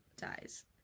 dies